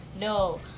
No